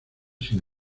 sin